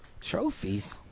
Trophies